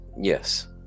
yes